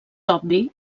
obvi